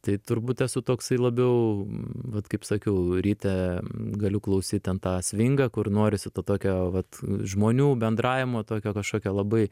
tai turbūt esu toksai labiau vat kaip sakiau ryte galiu klausyt ten tą svingą kur norisi to tokio vat žmonių bendravimo tokio kažkokio labai